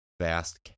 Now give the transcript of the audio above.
vast